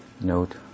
note